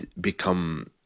become